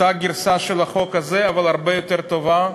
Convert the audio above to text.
אותה גרסה של החוק הזה, אבל הרבה יותר טובה.